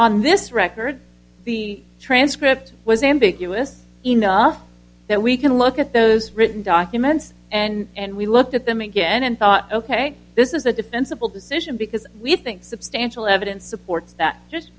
on this record the transcript was ambiguous enough that we can look at those written documents and we looked at them again and thought ok this is a defensible decision because we think substantial evidence supports that just